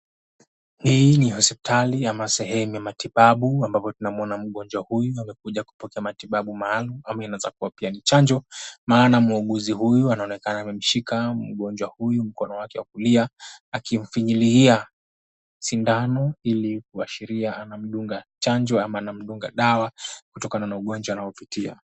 Hii ni hospitali ama sehemu ya matibabu ambapo tunamuona mgonjwa huyu amekuja kupokea matibabu maalum ama inaweza kuwa pia ni chanjo. Maana muuguzi huyu anaonekana amemshika mgonjwa huyu mkono wake wa kulia akimfinyilia sindano ili kuashiria anamdunga chanjo ama anamdunga dawa kutokana na ugonjwa unaopitia.